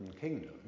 kingdom